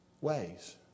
ways